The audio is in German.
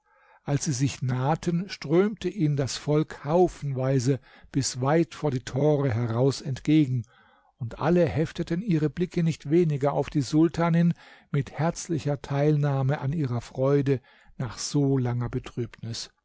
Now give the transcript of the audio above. als sie sich nahten strömte ihnen das volk haufenweise bis weit vor die tore heraus entgegen und alle hefteten ihre blicke nicht weniger auf die sultanin mit herzlicher teilnahme an ihrer freude nach so langer betrübnis